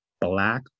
Black